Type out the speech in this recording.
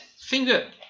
finger